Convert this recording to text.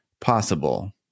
possible